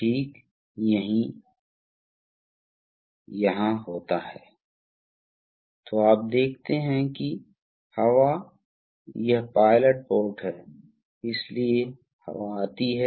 अब दबाव सीमा जिस तक सिस्टम हो सकता है वह स्पष्ट रूप से इस रिलीज वाल्व द्वारा चुना जाएगा और यह राहत वाल्व वास्तव में है वहाँ हैं यह एक पायलट संचालित राहत वाल्व है